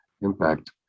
impact